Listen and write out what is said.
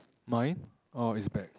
mine orh it's back